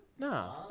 No